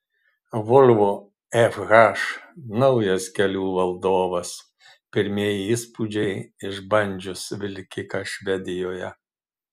volvo fh naujas kelių valdovas pirmieji įspūdžiai išbandžius vilkiką švedijoje